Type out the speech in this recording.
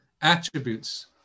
attributes